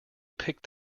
picked